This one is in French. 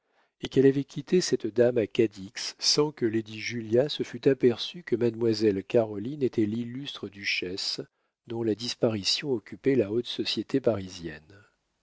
et qu'elle avait quitté cette dame à cadix sans que lady julia se fût aperçue que mademoiselle caroline était l'illustre duchesse dont la disparition occupait la haute société parisienne